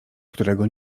którego